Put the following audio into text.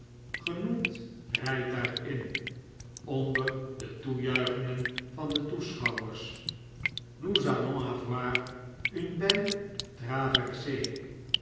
genoemd rijtuig in onder de toejuichingen van de toeschouwers